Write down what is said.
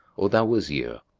o thou wazir,